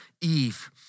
Eve